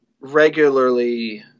regularly